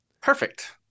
Perfect